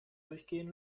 durchgehen